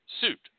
suit